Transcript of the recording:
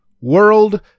world